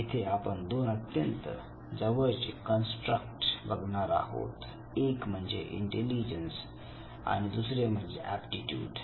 येथे आपण दोन अत्यंत जवळचे कन्स्ट्र बघणार आहोत एक म्हणजे इंटेलिजन्स आणि दुसरे म्हणजे एप्टीट्यूड